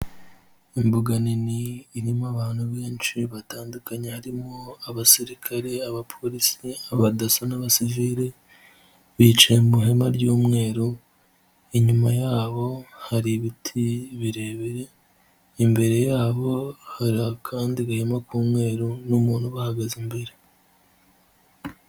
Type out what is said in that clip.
Imbuga nini irimo abantu benshi batandukanye harimo Abasirikare, Abapolisi, Abadaso n'Abasiviri bicaye mu ihema ry'umweru, inyuma yabo hari ibiti birebire, imbere yabo hari akandi gahema k'umweru n'umuntu ubahagaze imbere.